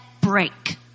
break